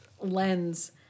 lens